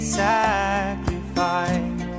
sacrifice